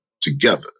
together